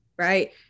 Right